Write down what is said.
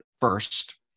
first